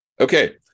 okay